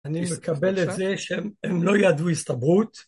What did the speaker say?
אני מקבל את זה שהם...הם לא ידעו הסתברות